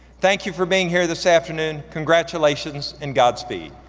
thank you for being here this afternoon. congratulations and godspeed.